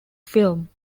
film